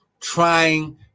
trying